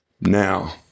now